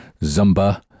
Zumba